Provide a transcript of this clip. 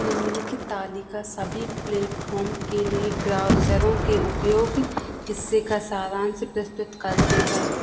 निम्न तालिका सभी प्लेटफॉर्म के लिए ब्राउज़रों के उपयोग हिस्से का सारांश प्रस्तुत करती है